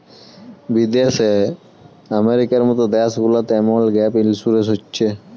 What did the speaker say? বিদ্যাশে আমেরিকার মত দ্যাশ গুলাতে এমল গ্যাপ ইলসুরেলস হছে